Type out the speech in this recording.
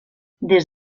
des